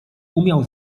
umiał